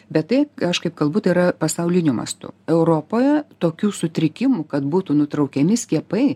bet tai aš kaip kalbu tai yra pasauliniu mastu europoj tokių sutrikimų kad būtų nutraukiami skiepai